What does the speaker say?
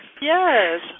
Yes